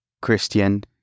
Christian